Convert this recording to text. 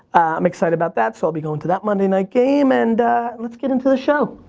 i'm excited about that. so i'll be going to that monday night game. and let's get into the show.